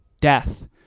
death